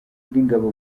bw’ingabo